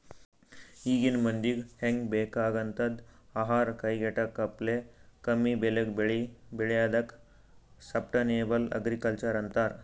ಈಗಿನ್ ಮಂದಿಗ್ ಹೆಂಗ್ ಬೇಕಾಗಂಥದ್ ಆಹಾರ್ ಕೈಗೆಟಕಪ್ಲೆ ಕಮ್ಮಿಬೆಲೆಗ್ ಬೆಳಿ ಬೆಳ್ಯಾದಕ್ಕ ಸಷ್ಟನೇಬಲ್ ಅಗ್ರಿಕಲ್ಚರ್ ಅಂತರ್